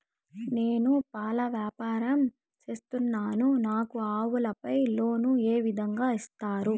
నేను పాల వ్యాపారం సేస్తున్నాను, నాకు ఆవులపై లోను ఏ విధంగా ఇస్తారు